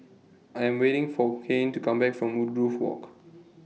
I Am waiting For Kane to Come Back from Woodgrove Walk